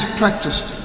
practiced